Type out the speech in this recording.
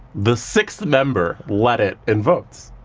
the sixth member led it in votes.